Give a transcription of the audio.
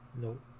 Nope